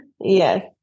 yes